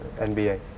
NBA